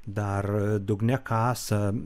dar dugne kasa